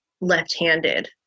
left-handed